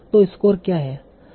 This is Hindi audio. तो स्कोर क्या है